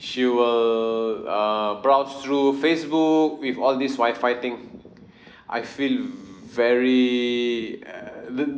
she will err browse through facebook with all this wi-fi thing I feel very uh th~